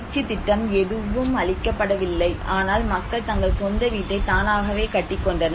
பயிற்சி திட்டம் எதுவும் அளிக்கப்படவில்லை ஆனால் மக்கள் தங்கள் சொந்த வீட்டை தானாகவே கட்டிக்கொண்டனர்